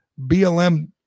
BLM